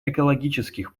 экологических